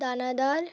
দানাদার